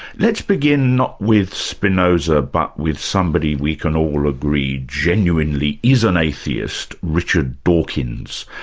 let's begin, not with spinoza but with somebody we can all agree genuinely is an atheist, richard dawkins.